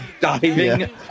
Diving